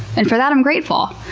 and for that i'm grateful,